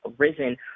arisen